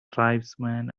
tribesmen